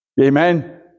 Amen